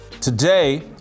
Today